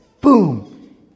boom